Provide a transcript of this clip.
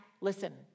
listen